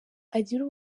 agira